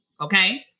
okay